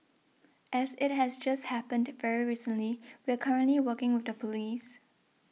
as it has just happened very recently we are currently working with the police